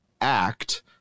act